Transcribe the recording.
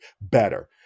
better